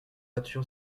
voiture